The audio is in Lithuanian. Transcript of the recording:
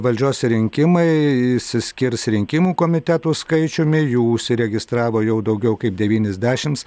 valdžios rinkimai išsiskirs rinkimų komitetų skaičiumi jų užsiregistravo jau daugiau kaip devyniasdešims